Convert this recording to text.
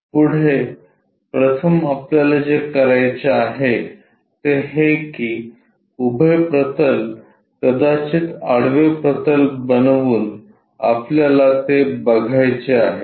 पुढे प्रथम आपल्याला जे करायचे आहे ते हे की उभे प्रतल कदाचित आडवे प्रतल बनवून आपल्याला ते बघायचे आहे